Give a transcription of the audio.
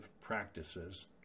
practices